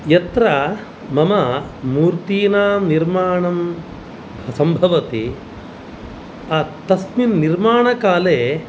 यत्र मम मूर्तीनां निर्माणं सम्भवति तस्मिन् निर्माणकाले